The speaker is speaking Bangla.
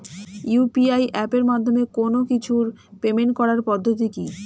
ইউ.পি.আই এপের মাধ্যমে কোন কিছুর পেমেন্ট করার পদ্ধতি কি?